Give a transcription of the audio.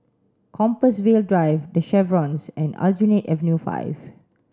Compassvale Drive the Chevrons and Aljunied Avenue five